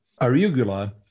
arugula